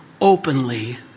openly